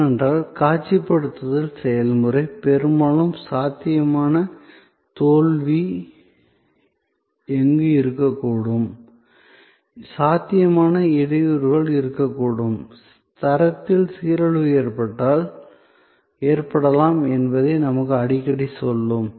ஏனென்றால் காட்சிப்படுத்தல் செயல்முறை பெரும்பாலும் சாத்தியமான தோல்வி எங்கு இருக்கக்கூடும் சாத்தியமான இடையூறுகள் இருக்கக்கூடும் தரத்தின் சீரழிவு ஏற்படலாம் என்பதை நமக்கு அடிக்கடி சொல்லும்